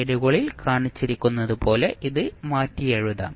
സ്ലൈഡുകളിൽ കാണിച്ചിരിക്കുന്നതുപോലെ ഇത് മാറ്റിയെഴുതാം